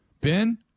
Ben